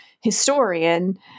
historian